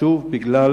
שוב בגלל